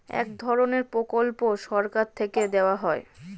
এক ধরনের প্রকল্প সরকার থেকে দেওয়া হয়